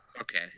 Okay